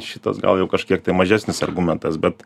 šitas gal jau kažkiek tai mažesnis argumentas bet